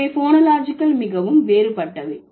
இவை போனோலாஜிகல் மிகவும் வேறுபட்டவை